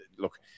Look